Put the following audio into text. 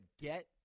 get